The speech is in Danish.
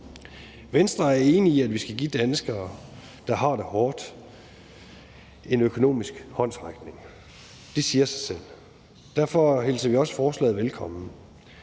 Venstre er enig i, at vi skal give danskere, der har det hårdt, en økonomisk håndsrækning. Det siger sig selv. Derfor hilser vi også forslaget velkommen,